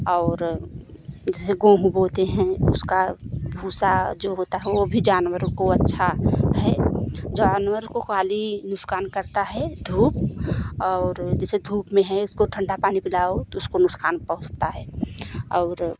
और जैसे गेहूँ बोते हैं उसका भूसा जो होता है वो भी जानवरों को अच्छा है जानवर को खाली नुकसान करता है धुप और जिसे धुप में इसको ठंडा पानी पिलाओ उसको नुकसान पहुँचता है और